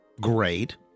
Great